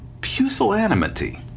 pusillanimity